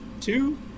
two